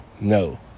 no